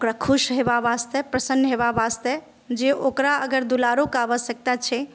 ओकरा खुश होयबा वास्ते प्रसन्न होयबा वास्ते जे ओकरा अगर दुलारो के आवश्यकता छै